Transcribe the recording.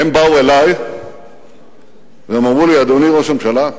הם באו אלי והם אמרו לי: אדוני ראש הממשלה,